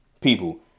People